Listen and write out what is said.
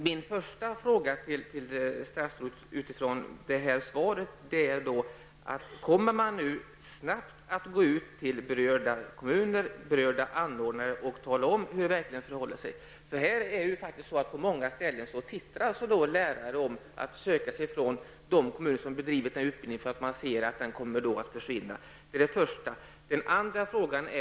Min första fråga till statsrådet mot bakgrund av svaret är följande: Kommer man nu snabbt att gå ut till berörda kommuner och anordnare och tala om hur det verkligen förhåller sig? På många håll ser sig lärare omkring och söker sig från de kommuner som har bedrivit denna utbildning, eftersom man tror att den kommer att försvinna.